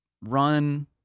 run